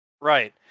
Right